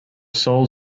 soul